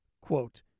Quote